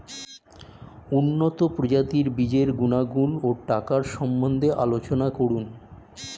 উন্নত প্রজাতির বীজের গুণাগুণ ও টাকার সম্বন্ধে আলোচনা করুন